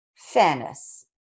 Fairness